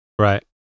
right